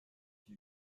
die